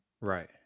right